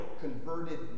converted